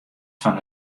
fan